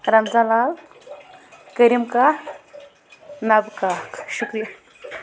رمضان لال کٔریٖم کاک نَبہٕ کاک شُکریہ